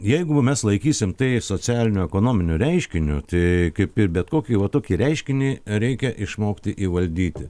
jeigu mes laikysim tai socialiniu ekonominiu reiškiniu tai kaip ir bet kokį va tokį reiškinį reikia išmokti įvaldyti